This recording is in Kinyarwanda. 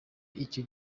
icyo